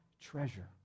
treasure